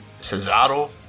Cesaro